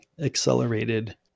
accelerated